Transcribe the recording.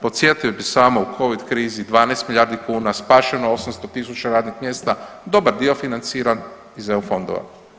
Podsjetio bih samo, u Covid krizi, 12 milijardi kuna, spašeno 800 tisuća radnih mjesta, dobar dio financiran iz EU fondova.